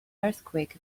earthquake